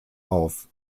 auf